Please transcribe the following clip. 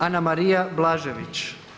Anamarija Blažević.